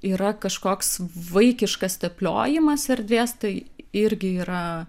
yra kažkoks vaikiškas tepliojimas erdvės tai irgi yra